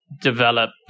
develop